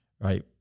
right